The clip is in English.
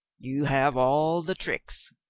you have all the tricks.